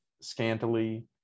scantily